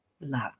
love